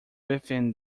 within